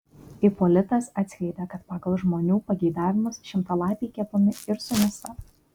ipolitas atskleidė kad pagal žmonių pageidavimus šimtalapiai kepami ir su mėsa